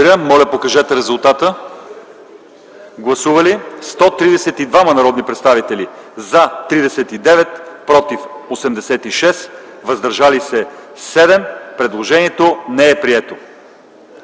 Али по чл. 97, ал. 2. Гласували 132 народни представители: за 39, против 86, въздържали се 7. Предложението не е прието.